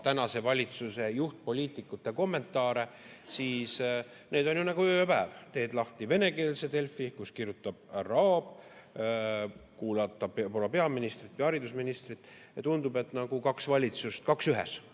tänase valitsuse juhtpoliitikute kommentaare, siis need on nagu öö ja päev. Teed lahti venekeelse Delfi, kus kirjutab härra Aab, kuulad peaministrit või haridusministrit ja tundub, et on nagu kaks valitsust, kaks ühes,